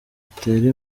utere